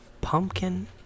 Pumpkin